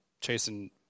chasing